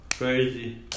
Crazy